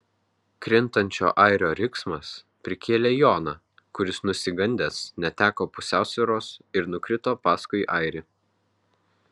krintančio airio riksmas prikėlė joną kuris nusigandęs neteko pusiausvyros ir nukrito paskui airį